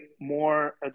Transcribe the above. more